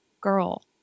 girl